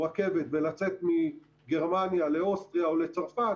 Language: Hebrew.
רכבת ולצאת מגרמניה לאוסטריה או לצרפת,